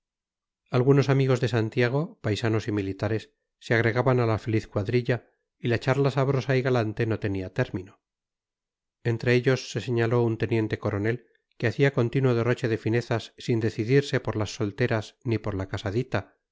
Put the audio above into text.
algunos amigos de santiago paisanos y militares se agregaban a la feliz cuadrilla y la charla sabrosa y galante no tenía término entre ellos se señaló un teniente coronel que hacía continuo derroche de finezas sin decidirse por las solteras ni por la casadita